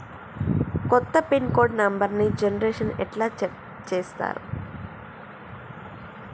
కొత్త pin card నెంబర్ని generation ఎట్లా చేత్తరు?